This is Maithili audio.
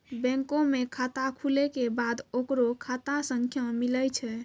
बैंको मे खाता खुलै के बाद ओकरो खाता संख्या मिलै छै